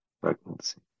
pregnancy